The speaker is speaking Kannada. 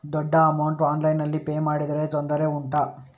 ದೊಡ್ಡ ಅಮೌಂಟ್ ಆನ್ಲೈನ್ನಲ್ಲಿ ಪೇ ಮಾಡಿದ್ರೆ ತೊಂದರೆ ಉಂಟಾ?